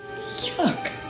Yuck